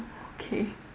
okay